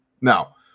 now